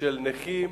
של נכים